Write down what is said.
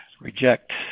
reject